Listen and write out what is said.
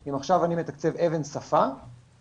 אם עכשיו אני מוכן לתקצב אבן שפה ואני